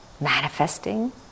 manifesting